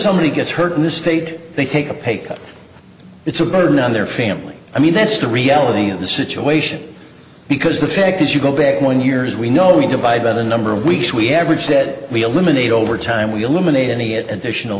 somebody gets hurt in this state they take a pay cut it's a burden on their family i mean that's the reality of the situation because the fact is you go back one years we know we divide by the number of weeks we averaged that we eliminate overtime we eliminate any additional